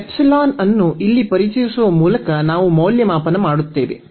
ಈ ಎಪ್ಸಿಲಾನ್ ಅನ್ನು ಇಲ್ಲಿ ಪರಿಚಯಿಸುವ ಮೂಲಕ ನಾವು ಮೌಲ್ಯಮಾಪನ ಮಾಡುತ್ತೇವೆ